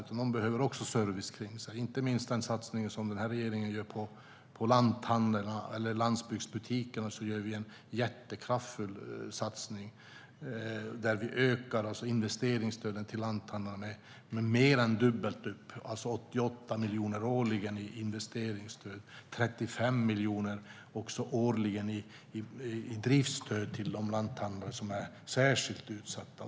Man behöver också service, och den här regeringen satsar nu kraftigt på landsbygdsbutiker. Vi ökar investeringsstöden till lanthandeln med mer än dubbelt så mycket, alltså 88 miljoner årligen i investeringsstöd, och 35 miljoner årligen i driftsstöd för de lanthandlare som är särskilt utsatta.